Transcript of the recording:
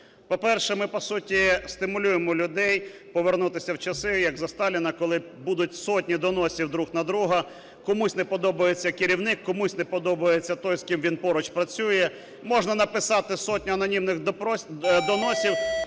По-перше, ми, по суті, стимулюємо людей повернутися в часи, як за Сталіна, коли будуть сотні доносів друг на друга, комусь не подобається керівник, комусь не подобається той, з ким він поруч працює. Можна написати сотню анонімних доносів,